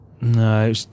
No